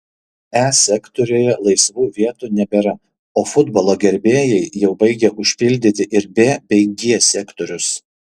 e sektoriuje laisvų vietų nebėra o futbolo gerbėjai jau baigia užpildyti ir b bei g sektorius